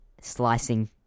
slicing